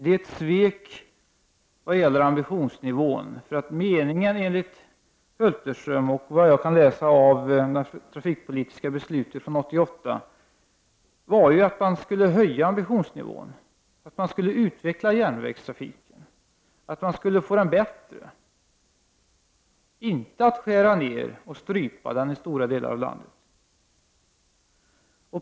Det är ett svek vad gäller ambitionsnivån. Meningen var ju enligt Hulterström och enligt vad jag kan läsa i det trafikpolitiska beslutet från 1988 att man skulle höja ambitionsnivån, utveckla järnvägstrafiken och få den bättre, inte skära ner och strypa den i stora delar av landet.